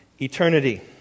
eternity